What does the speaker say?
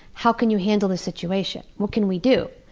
how can you handle the situation? what can we do?